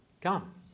come